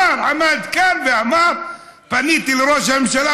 עמד כאן ואמר: פניתי לראש הממשלה,